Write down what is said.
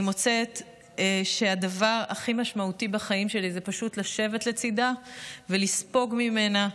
אני מוצאת שהדבר הכי משמעותי בחיים שלי זה פשוט לשבת לצידה ולספוג ממנה,